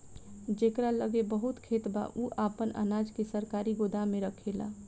जेकरा लगे बहुत खेत बा उ आपन अनाज के सरकारी गोदाम में रखेला